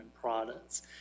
products